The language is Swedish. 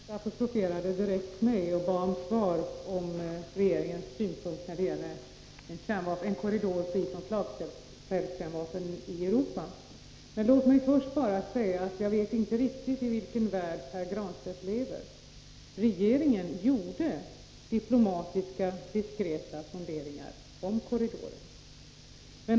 Herr talman! Pär Granstedt apostroferade mig direkt och bad om uppgift om regeringens synpunkter när det gäller en korridor i Europa fri från slagfältskärnvapen. Men låt mig först säga: Jag vet inte riktigt i vilken värld Pär Granstedt lever. Regeringen gjorde diplomatiska diskreta sonderingar om korridoren.